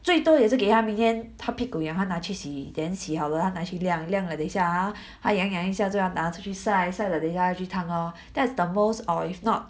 最多也是给她明天她屁股痒拿去洗 then 洗好了她拿去凉凉了等一下啊她痒痒一下就要拿出去晒晒了出去拿去 that's the most or if not